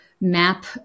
map